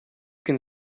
can